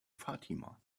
fatima